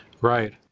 Right